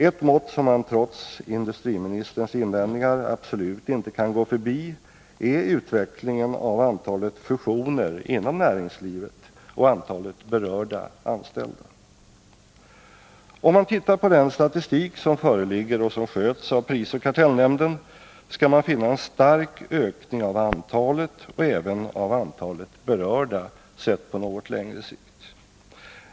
Ett mått som man, trots industriministerns invändningar, absolut inte kan gå förbi är utvecklingen av antalet fusioner inom näringslivet och antalet berörda anställda. Om man tittar på den statistik som föreligger och som sköts av prisoch kartellnämnden, skall man finna en stark ökning av antalet fusioner och även av antalet berörda anställda, sett på något längre sikt.